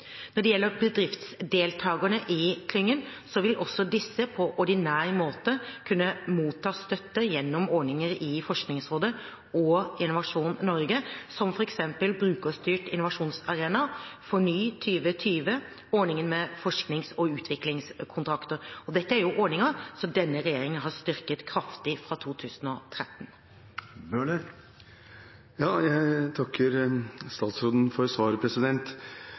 Når det gjelder bedriftsdeltakerne i klyngen, vil også disse på ordinær måte kunne motta støtte gjennom ordninger i Forskningsrådet og Innovasjon Norge, som f.eks. Brukerstyrt innovasjonsarena, FORNY2020 og ordningen med forsknings- og utviklingskontrakter. Dette er ordninger denne regjeringen har styrket kraftig fra 2013. Jeg takker statsråden for svaret.